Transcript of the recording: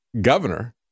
governor